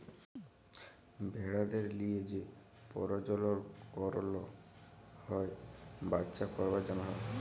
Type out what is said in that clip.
ভেড়াদের লিয়ে যে পরজলল করল হ্যয় বাচ্চা করবার জনহ